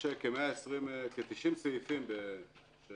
יש כ-90 סעיפים של